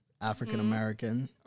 African-American